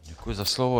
Děkuji za slovo.